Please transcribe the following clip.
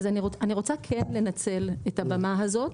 אז אני רוצה כן לנצל את הבמה הזו,